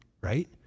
right